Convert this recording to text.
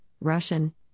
Russian